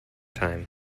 time